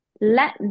Let